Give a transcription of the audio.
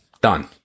Done